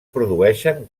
produeixen